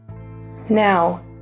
Now